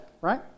right